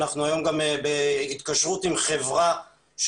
אנחנו היום גם בהתקשרות עם חברה שנותנת